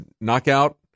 Knockout